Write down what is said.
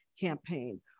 campaign